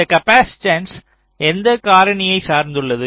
இந்த காப்பாசிட்டன்ஸ் எந்த காரணியை சார்ந்துள்ளது